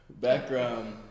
Background